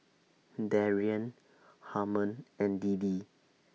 Darian Harmon and Deedee